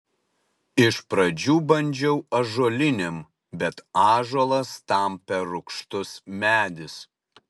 iš pradžių bandžiau ąžuolinėm bet ąžuolas tam per rūgštus medis